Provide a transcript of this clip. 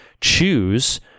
choose